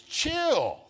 chill